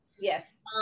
Yes